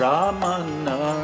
Ramana